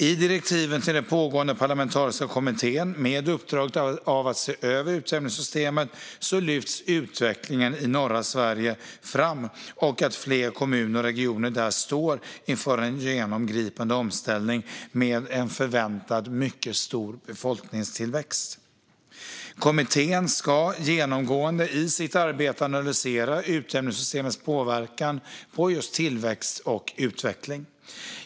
I direktiven till den pågående parlamentariska kommittén med uppdraget att se över utjämningssystemet lyfts utvecklingen i norra Sverige fram och att flera kommuner och regioner där står inför en genomgripande omställning med en förväntad mycket stor befolkningstillväxt. Kommittén ska genomgående i sitt arbete analysera utjämningssystemets påverkan på tillväxt och utveckling.